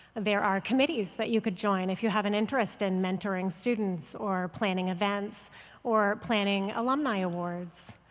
there are committees that you could join if you have an interest in mentoring students or planning events or planning alumni awards.